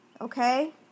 Okay